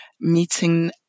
meeting